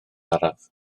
araf